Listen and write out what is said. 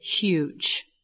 huge